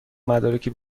مدارک